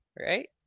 right